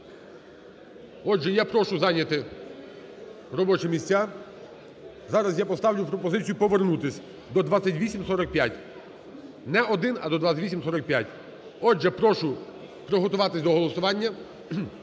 Отже, я прошу зайняти робочі місця. Зараз я поставлю пропозицію повернутись до 2845, не 1, а до 2845. Отже, прошу приготуватись до голосування.